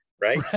right